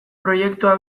proiektua